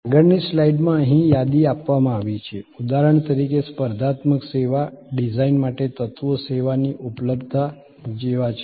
આગળની સ્લાઇડમાં અહીં યાદી આપવામાં આવી છે ઉદાહરણ તરીકે સ્પર્ધાત્મક સેવા ડિઝાઇન માટે તત્વો સેવાની ઉપલબ્ધતા જેવા છે